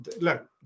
look